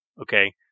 okay